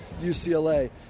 UCLA